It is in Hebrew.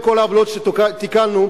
כל העוולות שתיקנו,